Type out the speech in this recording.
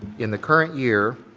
in the current year,